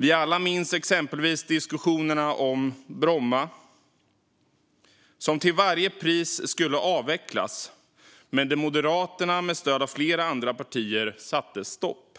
Vi minns alla diskussionerna om Bromma, som till varje pris skulle avvecklas, men där Moderaterna med stöd av flera andra partier satte stopp.